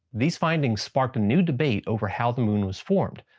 these findings sparked a new debate over how the moon was formed.